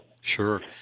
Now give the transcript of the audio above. Sure